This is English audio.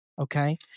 Okay